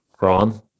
ron